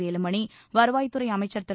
வேலுமணி வருவாய்த்துறை அமைச்சர் திரு